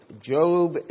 Job